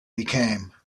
became